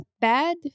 bad